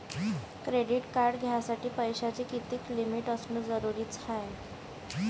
Credit card घ्यासाठी पैशाची कितीक लिमिट असनं जरुरीच हाय?